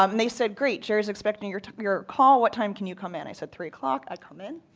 um they said, great, gerry is expecting your your call. what time can you come in? i said three o'clock. i come in,